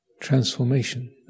transformation